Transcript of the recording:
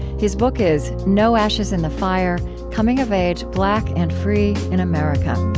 his book is no ashes in the fire coming of age black and free in america